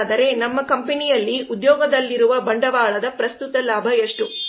ಹಾಗಾದರೆ ನಮ್ಮ ಕಂಪನಿಯಲ್ಲಿ ಉದ್ಯೋಗದಲ್ಲಿರುವ ಬಂಡವಾಳದ ಪ್ರಸ್ತುತ ಲಾಭ ಎಷ್ಟು